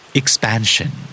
expansion